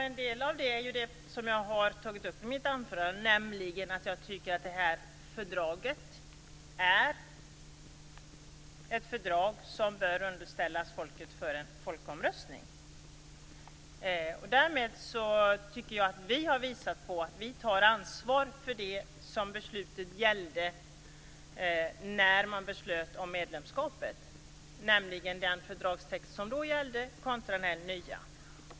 Fru talman! En del av detta har jag tagit upp i mitt anförande, nämligen att fördraget bör underställas folket för en folkomröstning. Därmed har vi visat att vi tar ansvar för det som beslutet gällde när man fattade beslut om medlemskapet, nämligen den fördragstext som då gällde kontra den nya.